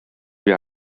wir